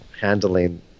handling